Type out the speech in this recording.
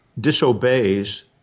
disobeys